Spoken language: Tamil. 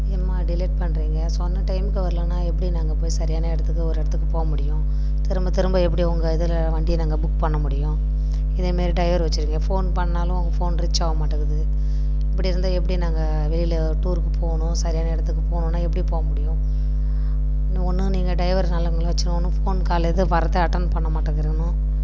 ஏம்மா இப்படி லேட் பண்ணுறிங்க சொன்ன டைம்க்கு வரலைனா எப்படி நாங்கள் போய் சரியான இடத்துக்கு ஒரு இடத்துக்கு போகமுடியும் திரும்ப திரும்ப எப்படி உங்கள் இதில் வண்டியை நாங்கள் புக் பண்ணமுடியும் இதேமாதிரி டைவர் வச்சுருக்கிங்க ஃபோன் பண்ணாலும் ஃபோன் ரீச் ஆகமாட்டங்குது இப்படி இருந்தால் எப்படி நாங்கள் வெளியில டூருக்கு போகணும் சரியான இடத்துக்கு போகணும்னா எப்படி போகமுடியும் ஒன்று நீங்கள் டைவர் நல்லவங்களா வச்சுருக்கனு ஒன்று ஃபோன் கால் எது வரதை அட்டன் பண்ண மாட்டேகிறனோ